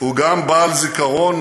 הוא גם בעל זיכרון